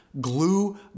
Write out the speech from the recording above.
Glue